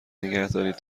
نگهدارید